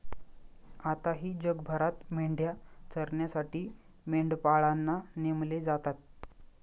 आताही जगभरात मेंढ्या चरण्यासाठी मेंढपाळांना नेमले जातात